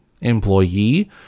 employee